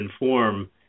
inform